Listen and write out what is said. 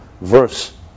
verse